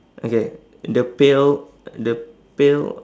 okay the pail the pail